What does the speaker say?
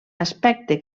aspecte